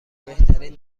بهترین